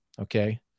okay